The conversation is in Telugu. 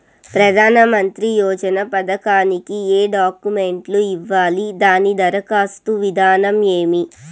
ప్రధానమంత్రి యోజన పథకానికి ఏ డాక్యుమెంట్లు ఇవ్వాలి దాని దరఖాస్తు విధానం ఏమి